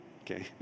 Okay